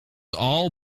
all